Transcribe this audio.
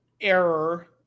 error